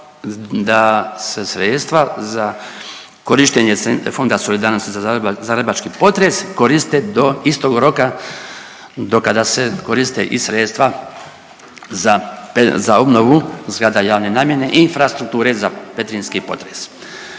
da su sredstva za korištenje Fonda solidarnosti za zagrebački potres koriste do istog roka do kada se koriste i sredstva za obnovu zgrade javne namjene i infrastrukture za petrinjski potres.